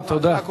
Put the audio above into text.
תודה, תודה.